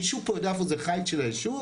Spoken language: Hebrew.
מישהו פה יודע איפה זה החיץ של הישוב?